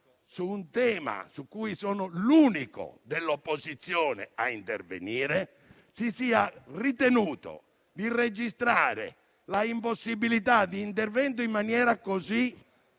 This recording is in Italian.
su un tema su cui sono l'unico dell'opposizione a intervenire si sia ritenuto di registrare l'impossibilità di intervento in maniera così